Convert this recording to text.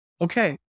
Okay